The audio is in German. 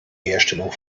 herstellung